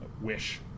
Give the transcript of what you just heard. Wish